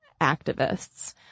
activists